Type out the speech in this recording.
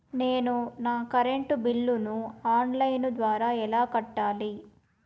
నేను నా కరెంటు బిల్లును ఆన్ లైను ద్వారా ఎలా కట్టాలి?